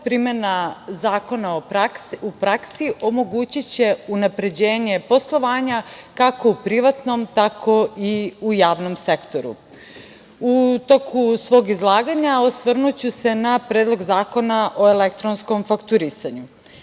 Primena zakona u praksi omogući će unapređenje poslovanja, kako u privatnom, tako i u javnom sektoru. U toku svog izlaganja osvrnuću se na Predlog zakona o elektronskom fakturisanju. Pre